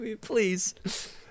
Please